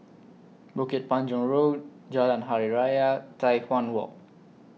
Bukit Panjang Road Jalan Hari Raya Tai Hwan Walk